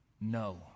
no